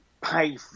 pay